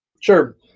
Sure